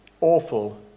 awful